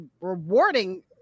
rewarding